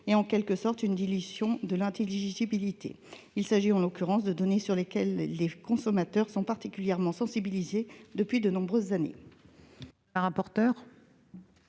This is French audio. essentielles, donc une dilution de l'intelligibilité. Il s'agit, en l'occurrence, de données à propos desquelles les consommateurs sont particulièrement sensibilisés depuis de nombreuses années.